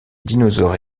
dinosaures